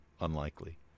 unlikely